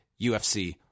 UFC